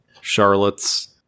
Charlotte's